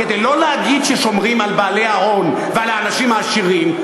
כדי לא להגיד ששומרים על בעלי ההון ועל האנשים העשירים,